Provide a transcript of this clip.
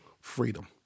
freedom